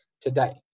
today